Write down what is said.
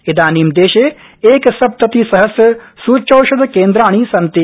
इदानीं देशे एकसप्तति सहस्र सुच्यौषधकेन्द्राणि सन्ति